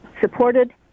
supported